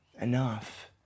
enough